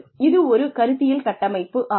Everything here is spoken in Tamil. இது ஒரு கருத்தியல் கட்டமைப்பாகும்